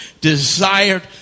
desired